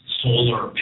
solar